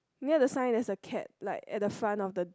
near the sign there's a cat like at the front of the